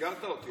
אתגרת אותי.